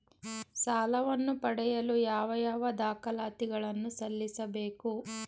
ಸಾಲವನ್ನು ಪಡೆಯಲು ಯಾವ ಯಾವ ದಾಖಲಾತಿ ಗಳನ್ನು ಸಲ್ಲಿಸಬೇಕು?